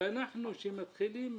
ואנחנו שמתחילים